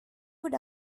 would